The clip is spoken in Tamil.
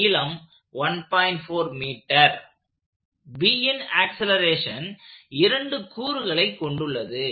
Bன் ஆக்சலேரேஷன் இரண்டு கூறுகளை கொண்டுள்ளது